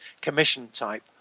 commission-type